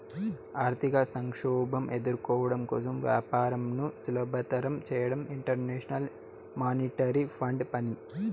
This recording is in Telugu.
ఆర్థిక సంక్షోభం ఎదుర్కోవడం కోసం వ్యాపారంను సులభతరం చేయడం ఇంటర్నేషనల్ మానిటరీ ఫండ్ పని